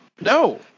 No